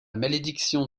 malédiction